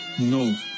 no